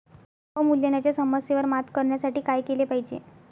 अवमूल्यनाच्या समस्येवर मात करण्यासाठी काय केले पाहिजे?